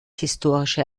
historische